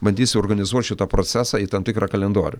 bandysiu organizuot šitą procesą į tam tikrą kalendorių